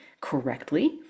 correctly